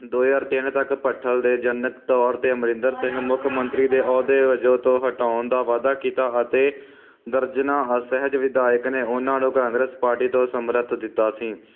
ਦੋ ਹਜਾਰ ਤਿੰਨ ਤੱਕ ਭੱਠਲ ਦੇ ਜਨਕ ਤੌਰ ਤੇ ਅਮਰਿੰਦਰ ਸਿੰਘ ਮੁੱਖ ਮੰਤਰੀ ਦੇ ਅਹੁਦੇ ਵਜੋਂ ਤੋਂ ਹਟਾਉਣ ਦਾ ਵਾਅਦਾ ਕੀਤਾ ਅਤੇ ਦਰਜਨਾਂ ਅਸਹਿਜ ਵਿਧਾਇਕ ਨੇ ਉਹਨਾਂ ਨੂੰ ਕਾਂਗਰਸ ਪਾਰਟੀ ਤੋਂ ਸਮਰੱਥ ਦਿੱਤਾ ਸੀ